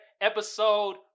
Episode